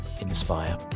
inspire